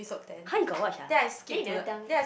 !huh! you got watch ah then you never tell me